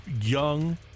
young